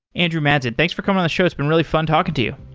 andrew madsen, thanks for coming on the show. it's been really fun talking to you.